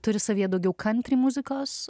turi savyje daugiau kantri muzikos